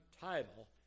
title